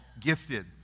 Gifted